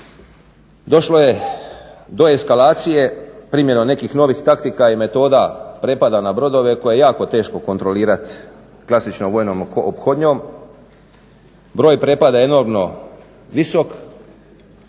Došlo je do eskalacije primjenom nekih novih taktika i metoda prepada na brodove koje je jako teško kontrolirati klasičnom vojnom ophodnjom. Broj prepada je enormno visok.